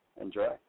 Enjoy